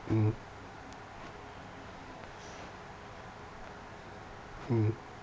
mmhmm mmhmm